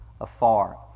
afar